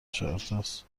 چهارتاس